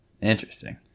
Interesting